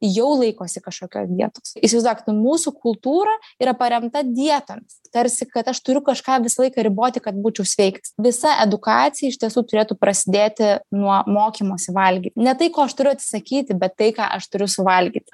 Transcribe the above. jau laikosi kažkokios dietos įsivaizduokit mūsų kultūra yra paremta dietomis tarsi kad aš turiu kažką visą laiką riboti kad būčiau sveikas visa edukacija iš tiesų turėtų prasidėti nuo mokymosi valgyt ne tai ko aš turiu atsisakyti bet tai ką aš turiu suvalgyti